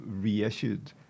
reissued